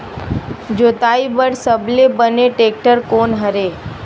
जोताई बर सबले बने टेक्टर कोन हरे?